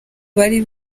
bari